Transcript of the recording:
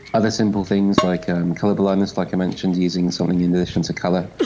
other simple things like colourblindness, like i mentioned, using something in relation to colour.